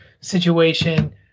situation